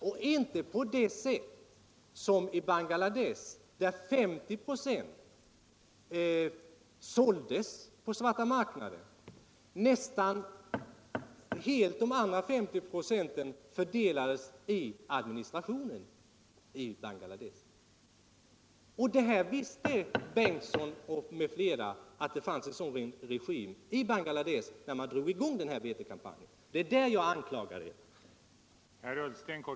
Det får inte gå till på samma sätt som i Bangladesh, där 50 26 av vetebiståndet såldes på den svarta marknaden, och de andra 50 26 fördelades i administrationen. Herr Bengtson och de övriga visste att det fanns en sådan regim i Bangladesh när man drog i gång vetekampanjen. Det är det jag anklagar er för.